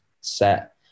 set